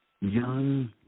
young